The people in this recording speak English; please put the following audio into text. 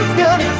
good